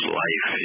life